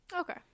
Okay